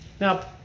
Now